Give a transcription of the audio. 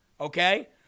okay